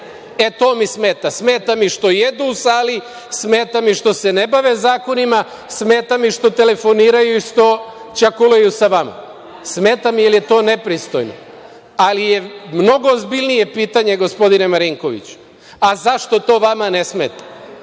E to mi smeta. Smeta mi što jedu u sali, smeta mi što se ne bave zakonima, smeta mi što telefoniraju i što ćakulaju sa vama. Smeta mi, jer je to nepristojno. Ali je mnogo ozbiljnije pitanje, gospodine Marinkoviću, a zašto to vama ne smeta?